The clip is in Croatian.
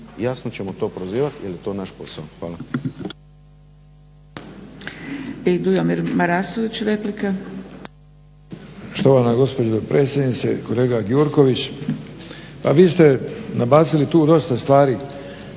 jasno ćemo to prozivati jer je to naš posao. Hvala.